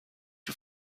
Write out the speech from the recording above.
you